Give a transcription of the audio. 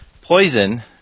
Poison